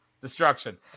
destruction